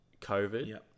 COVID